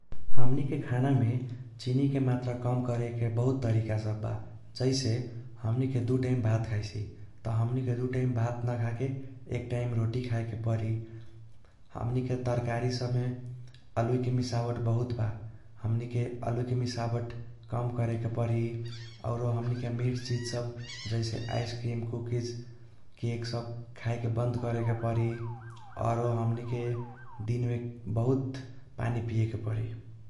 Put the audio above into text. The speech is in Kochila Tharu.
हमनीके खानामे चीनीके मात्रा कम करेके बहुत तरीका सब बा जैसे हमनीके दु टाइम भात खाइसी त हमनीके दु टाइम भात न खाके एक टाइम रोटी खाएके परि। हमनीके तरकारी सबमे आलुइके मिसावत बहुत बा हमनीके अलुइके मिसावत कम करेके परि। औरो हमनीके मीठ चिज सब जैसे आइस क्रीम, कूकीज, केक सब खाएके बन्द करेके परि। औरो हमनीके दिनमे बहुत पानी पिएके परि।